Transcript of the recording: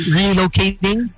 relocating